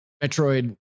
Metroid